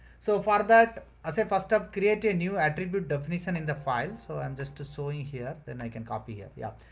so for that, as a first step create a new attribute definition in the file, so i'm just showing so yeah here, then i can copy here. yeah.